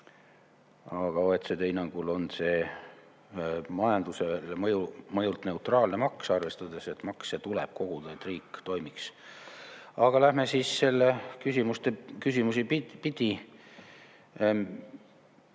Ja OECD hinnangul on see majandusele mõjult neutraalne maks, arvestades, et makse tuleb koguda, et riik toimiks. Aga lähme küsimusi pidi.